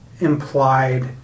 implied